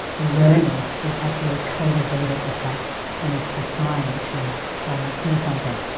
blurriness is actually a cultivated effect and is designed to do something.